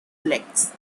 lex